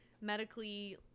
medically